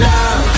Love